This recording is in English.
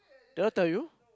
did I tell you